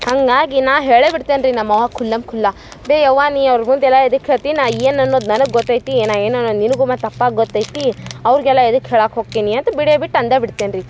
ಹಾಗಾಗಿ ನಾ ಹೇಳೆ ಬಿಡ್ತೆನೆ ರೀ ನಮ್ಮವ್ವ ಕುಲ್ಲಮ್ ಕುಲ್ಲ ಬೇ ಯವ್ವ ನಿ ಅವ್ರ ಮುಂದೆಲ ಎದಕ್ಕೆ ಹೇಳ್ತಿನಿ ನಾ ಏನು ಅನ್ನೋದು ನನಗೆ ಗೊತ್ತೈತಿ ಏನು ಏನನ್ನೂ ನಿನಗೂ ಮತ್ತೆ ಅಪ್ಪಾಗೆ ಗೊತ್ತೈತಿ ಅವ್ರ್ಗೆಲ್ಲ ಎದಕ್ಕೆ ಹೇಳಕ್ಕೆ ಹೊಕ್ಕಿ ನಿ ಅಂತ ಬಿಡೆ ಬಿಟ್ಟು ಅಂದ ಬಿಡ್ತೇನಿ ರೀ